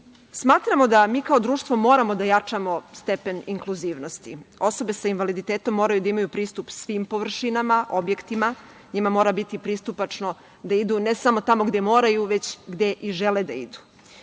da mi kao društvo moramo da jačamo stepen inkluzivnosti. Osobe sa invaliditetom moraju da imaju pristup svim površinama, objektima. Njima mora biti pristupačno ne samo tamo gde moraju, već gde i žele da idu. Mi